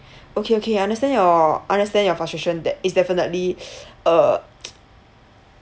okay okay I understand your understand your frustration that it's definitely uh